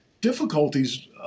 difficulties